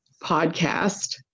podcast